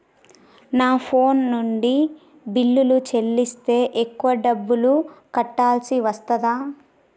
నా ఫోన్ నుండి బిల్లులు చెల్లిస్తే ఎక్కువ డబ్బులు కట్టాల్సి వస్తదా?